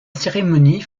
cérémonie